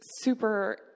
super